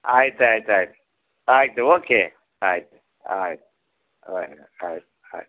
ಆಯ್ತು ಆಯ್ತು ಆಯ್ತು ಆಯಿತು ಓಕೆ ಆಯಿತು ಆಯಿತು ಆಯ್ತು ಆಯ್ತು ಆಯ್ತು